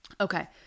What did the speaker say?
Okay